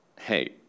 hey